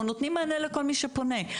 אנחנו נותנים מענה לכל מי שפונה.